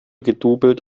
gedoublet